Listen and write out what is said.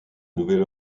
nouvel